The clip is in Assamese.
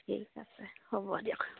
ঠিক আছে হ'ব দিয়ক